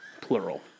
Plural